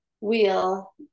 wheel